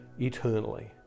eternally